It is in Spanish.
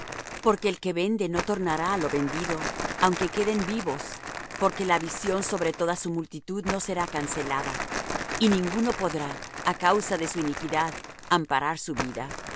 porque el que vende no tornará á lo vendido aunque queden vivos porque la visión sobre toda su multitud no será cancelada y ninguno podrá á causa de su iniquidad amparar su vida